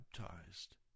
baptized